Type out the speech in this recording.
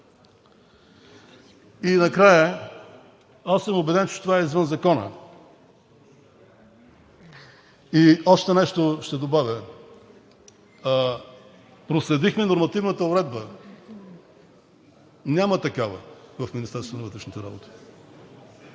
И накрая, аз съм убеден, че това е извън закона. Още нещо ще добавя. Проследихме нормативната уредба – няма такава в Министерството на вътрешните работи!